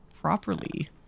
properly